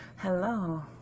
Hello